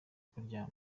kuryama